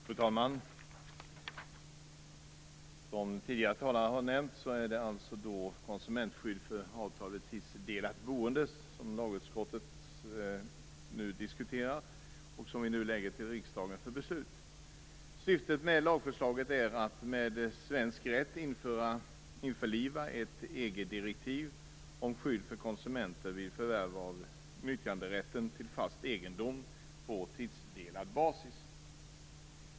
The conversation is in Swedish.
Fru talman! Som tidigare talare har nämnt är det alltså betänkandet om konsumentskydd för avtal vid tidsdelat boende som lagutskottet nu diskuterar och lägger till riksdagen för beslut. Syftet med lagförslaget är att i svensk rätt införliva ett EG-direktiv om skydd för konsumenter vid förvärv av nyttjanderätten till fast egendom på tidsdelad basis.